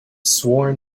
sworn